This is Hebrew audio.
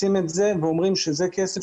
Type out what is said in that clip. מקצים את זה ואומרים שזה כסף